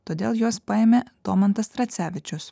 todėl juos paėmė domantas tracevičius